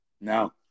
No